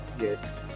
yes